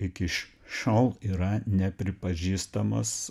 iki šiol yra nepripažįstamas